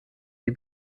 die